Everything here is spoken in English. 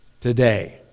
today